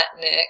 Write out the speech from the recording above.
Nick